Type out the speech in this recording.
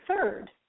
third